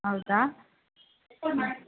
ಹೌದಾ